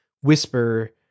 whisper